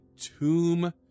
tomb